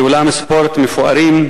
אולמות ספורט מפוארים,